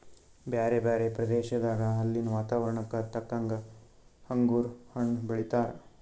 ಬ್ಯಾರೆ ಬ್ಯಾರೆ ಪ್ರದೇಶದಾಗ ಅಲ್ಲಿನ್ ವಾತಾವರಣಕ್ಕ ತಕ್ಕಂಗ್ ಅಂಗುರ್ ಹಣ್ಣ್ ಬೆಳೀತಾರ್